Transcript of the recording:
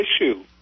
issue